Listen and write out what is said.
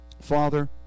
Father